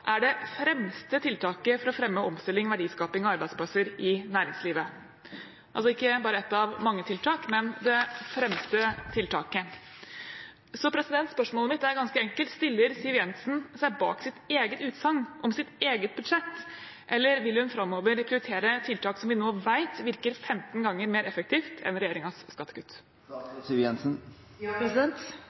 det fremste tiltaket for å fremme omstilling, verdiskaping og arbeidsplasser i næringslivet» – altså ikke bare ett av mange tiltak, men det fremste tiltaket. Spørsmålet mitt er ganske enkelt: Stiller Siv Jensen seg bak sitt eget utsagn om sitt eget budsjett, eller vil hun framover prioritere tiltak som vi nå vet virker 15 ganger mer effektivt enn